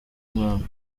umwami